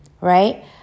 right